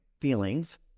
feelings